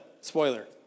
Spoiler